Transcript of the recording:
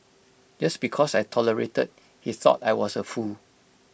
just because I tolerated he thought I was A fool